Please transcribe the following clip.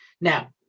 Now